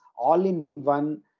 all-in-one